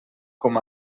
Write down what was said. com